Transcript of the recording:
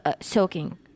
Soaking